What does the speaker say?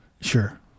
Sure